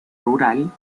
rural